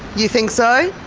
you think so?